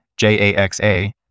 JAXA